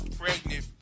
pregnant